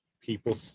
people